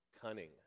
Cunning